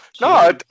No